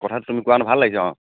কথাটো তুমি কোৱাই ভাল লাগিছে অ